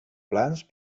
plans